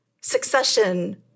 succession